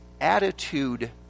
attitude